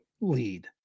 lead